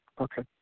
Okay